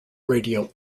radio